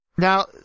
Now